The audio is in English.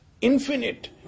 infinite